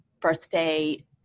birthday